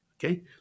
Okay